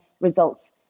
results